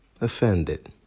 offended